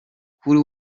kuri